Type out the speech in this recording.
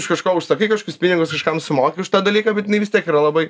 iš kažko užsakai kažkokius pinigus kažkam sumoki už tą dalyką bet jinai vis tiek yra labai